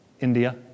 India